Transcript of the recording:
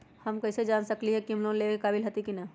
हम कईसे जान सकली ह कि हम लोन लेवे के काबिल हती कि न?